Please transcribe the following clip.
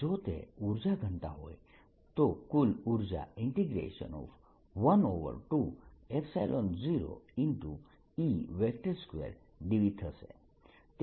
જો તે ઉર્જા ઘનતા હોય તો કુલ ઉર્જા dVથશે